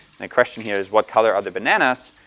and the question here is what color of the bananas?